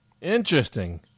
Interesting